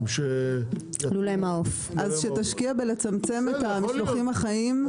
-- אז שתשקיע בלצמצם את המשלוחים החיים,